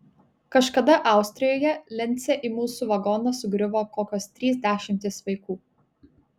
kažkada austrijoje lince į mūsų vagoną sugriuvo kokios trys dešimtys vaikų